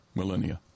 millennia